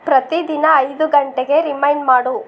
ಪ್ರತಿ ದಿನ ಐದು ಗಂಟೆಗೆ ರಿಮೈಂಡ್ ಮಾಡು